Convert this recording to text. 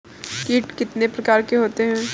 कीट कितने प्रकार के होते हैं?